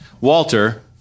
Walter